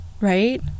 Right